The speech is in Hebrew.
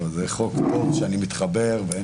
זה חוק טוב שאני מתחבר.